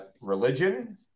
religion